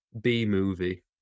B-movie